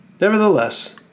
Nevertheless